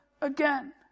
again